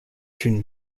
une